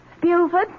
Buford